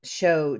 show